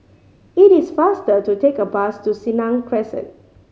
it is faster to take a bus to Senang Crescent